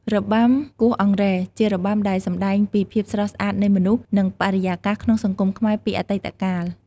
របាំគោះអង្រែ ជារបាំដែលសម្តែងពីភាពស្រស់ស្អាតនៃមនុស្ស និងបរិយាកាសក្នុងសង្គមខ្មែរពីអតីតកាល។